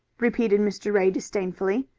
repeated mr. ray disdainfully.